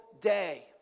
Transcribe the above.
day